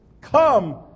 Come